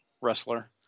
wrestler